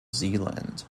zealand